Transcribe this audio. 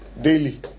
daily